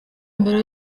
mbere